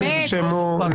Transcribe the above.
ההערות נרשמו.